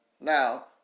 Now